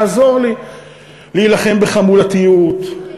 להילחם בחמולתיות,